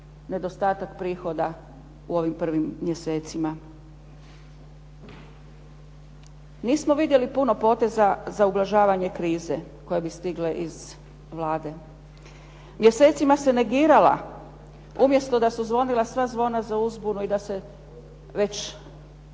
nedostatak prihoda u ovim prvim mjesecima. Nismo vidjeli puno poteza za ublažavanje krize koji bi stigli iz Vlade. Mjesecima se negirala, umjesto da su zvonila sva zvona za uzbunu i da se već